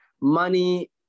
money